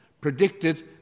predicted